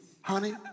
honey